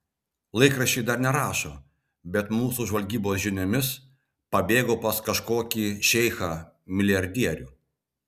laikraščiai dar nerašo bet mūsų žvalgybos žiniomis pabėgo pas kažkokį šeichą milijardierių